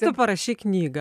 tu parašei knygą